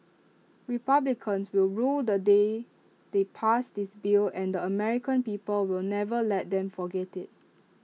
republicans will rue the day they passed this bill and American people will never let them forget IT